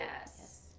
Yes